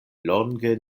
longe